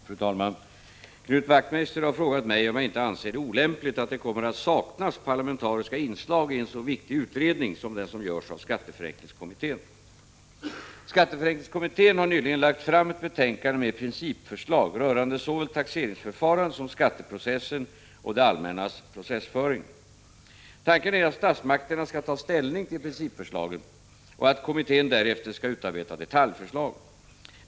Fru talman! Knut Wachtmeister har frågat mig om jag inte anser det olämpligt att det kommer att saknas parlamentariska inslag i en så viktig utredning som den som görs av skatteförenklingskommittén. Skatteförenklingskommittén har nyligen lagt fram ett betänkande med principförslag rörande såväl taxeringsförfarandet som skatteprocessen och det allmännas processföring. Tanken är att statsmakterna skall ta ställning till principförslagen och att kommittén därefter skall utarbeta detaljförslag.